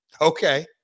Okay